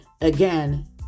Again